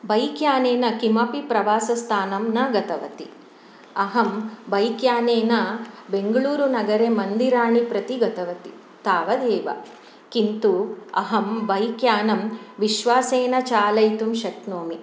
bike यानेन किमपि प्रवासस्थानं न गतवती अहं बैक् यानेन बेङ्गलूरुनगरे मन्दिराणि प्रति गतवती तावदेव किन्तु अहं बैक् यानं विश्वासेन चालयितुं शक्नोमि